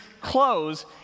clothes